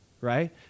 right